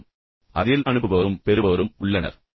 பொதுவாக நல்ல தகவல்தொடர்பு என்பது நல்ல கவனிப்பது பற்றியது